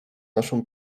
naszą